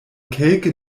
kelke